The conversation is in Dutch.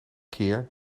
keer